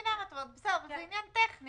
תיקון טכני.